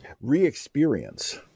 re-experience